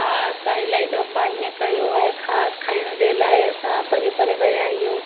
हा असां इलाही दफ़ा ईअं कयो आहे ख़ासि खाइण जे लाइ असां परे परे विया आहियूं